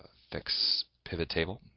fix pivot table.